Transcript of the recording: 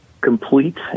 complete